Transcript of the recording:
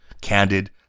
candid